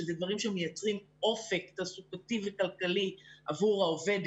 שאלה דברים שמייצרים אופק תעסוקתי וכלכלי עבור העובד,